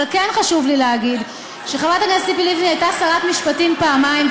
אבל כן חשוב לי להגיד שחברת הכנסת ציפי לבני הייתה שרת משפטים פעמיים,